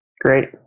great